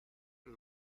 and